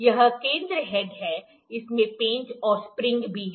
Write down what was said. यह केंद्र हेड है इसमें पेंच और स्प्रिंग भी है